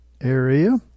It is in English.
area